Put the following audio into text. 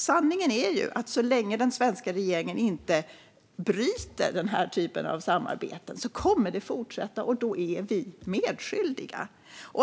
Sanningen är att så länge den svenska regeringen inte bryter den här typen av samarbeten kommer det här att fortsätta, och då är vi medskyldiga.